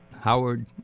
Howard